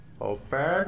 Open